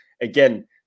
again